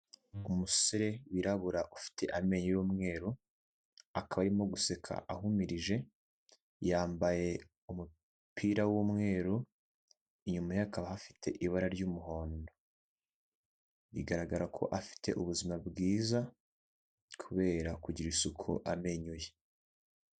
Ni umusore wirabura ufite amenyo y'umweru, akaba arimo guseka ahumirije, yambaye umupira w'umweru, inyuma ye hakaba hafite ibara ry'umuhondo, bigaragara ko afite ubuzima bwiza kubera kugirira isuku amenyo ye.